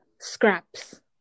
scraps